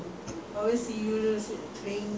err just fun lah